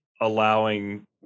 allowing